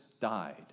died